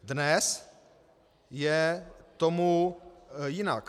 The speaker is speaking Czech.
Dnes je tomu jinak.